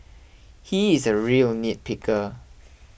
he is a real nitpicker